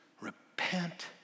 Repent